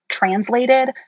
translated